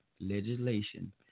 legislation